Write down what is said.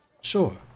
Sure